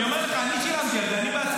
אני אומר לך, אני שילמתי על זה, אני בעצמי.